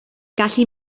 gallu